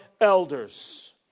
elders